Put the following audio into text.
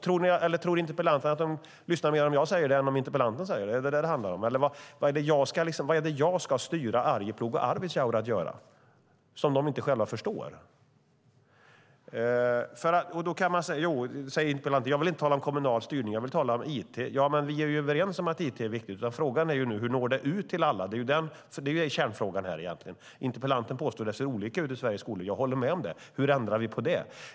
Tror interpellanten att de lyssnar mer om jag säger det än om hon säger det? Är det detta det handlar om? Vad är det jag ska styra Arjeplog och Arvidsjaur att göra som de inte själva förstår? Interpellanten säger att hon inte vill tala om kommunal styrning utan om it. Men vi är överens om att det är viktigt med it. Frågan är hur det når ut till alla. Det är egentligen kärnfrågan här. Interpellanten påstår att det ser olika ut i Sveriges skolor. Jag håller med om det. Hur ändrar vi på det?